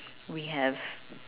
we have